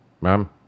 ma'am